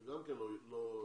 זה גם לא הגיוני.